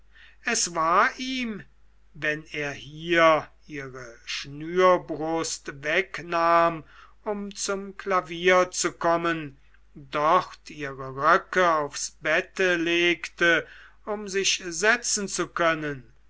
es war ihm wenn er hier ihre schnürbrust wegnahm um zum klavier zu kommen dort ihre röcke aufs bette legte um sich setzen zu können